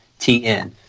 TN